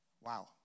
Wow